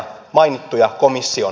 arvoisa rouva puhemies